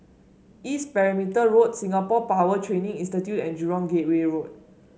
East Perimeter Road Singapore Power Training Institute and Jurong Gateway Road